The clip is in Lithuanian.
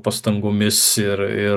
pastangomis ir ir